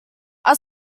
our